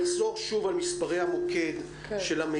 אחזור שוב על שני המספרים של מוקד המידע.